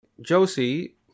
Josie